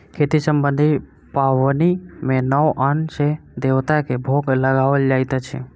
खेती सम्बन्धी पाबनि मे नव अन्न सॅ देवता के भोग लगाओल जाइत अछि